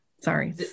Sorry